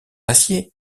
acier